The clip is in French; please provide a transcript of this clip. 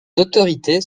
autorités